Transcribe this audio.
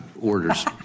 orders